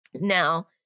Now